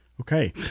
Okay